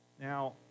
Now